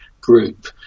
Group